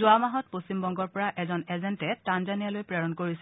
যোৱা মাহত পশ্চিমবংগৰ পৰা এজন এজেণ্টে তাঞ্জানিয়ালৈ প্ৰেৰণ কৰিছিল